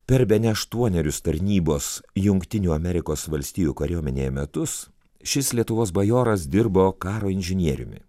per bene aštuonerius tarnybos jungtinių amerikos valstijų kariuomenėje metus šis lietuvos bajoras dirbo karo inžinieriumi